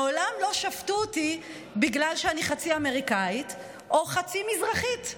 מעולם לא שפטו אותי בגלל שאני חצי אמריקנית או חצי מזרחית.